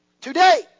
Today